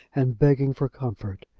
and begging for comfort.